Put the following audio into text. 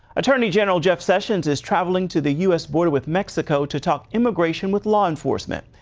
attorney-general jeff sessions is travelling to the u s. border with mexico to talk immigration with law enforcement.